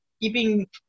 keeping